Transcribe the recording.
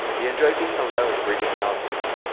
he enjoyed being alone reading novels.